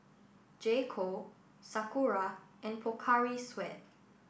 J Co Sakura and Pocari Sweat